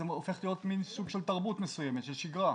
זה הופך להיות מין סוג של תרבות מסוימת של שיגרה.